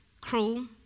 cruel